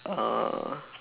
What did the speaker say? uh